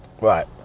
Right